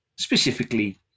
Specifically